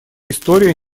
история